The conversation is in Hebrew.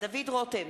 דוד רותם,